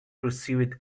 perceived